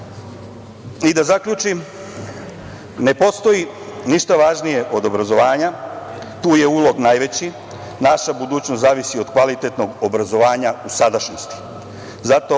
zaključim, ne postoji ništa važnije od obrazovanja. Tu je ulog najveći. Naša budućnost zavisi od kvalitetnog obrazovanja u sadašnjosti. Zato